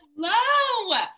hello